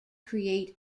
create